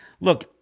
look